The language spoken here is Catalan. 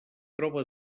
troba